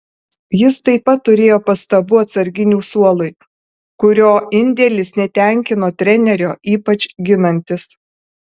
jis taip pat turėjo pastabų atsarginių suolui kurio indėlis netenkino trenerio ypač ginantis